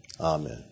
Amen